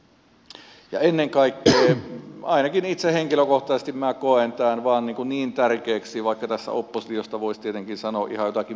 ja ennen kaikkea ainakin itse henkilökohtaisesti minä koen tämän vain niin tärkeäksi vaikka tässä oppositiosta voisi tietenkin sanoa ihan jotakin muutakin